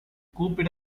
கூப்பிட